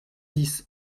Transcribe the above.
dix